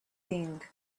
thing